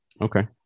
Okay